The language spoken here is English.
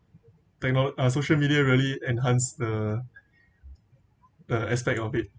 technolo~ uh social media really enhance the uh aspect of it